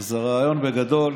אז הרעיון בגדול